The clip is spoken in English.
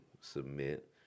submit